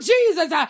Jesus